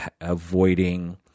avoiding